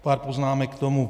Pár poznámek k tomu.